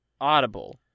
Audible